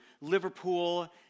Liverpool